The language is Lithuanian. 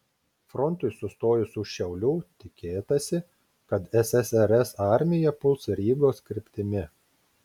frontui sustojus už šiaulių tikėtasi kad ssrs armija puls rygos kryptimi